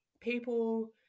people